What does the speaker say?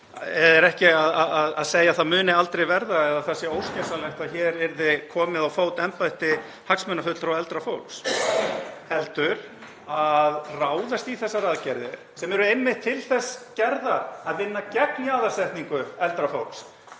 ekki að segja að það muni aldrei verða eða það sé óskynsamlegt að hér yrði komið á fót embætti hagsmuna fulltrúa eldra fólks heldur að ráðast í þessar aðgerðir sem eru einmitt til þess gerðar að vinna gegn jaðarsetningu eldra fólks